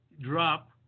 drop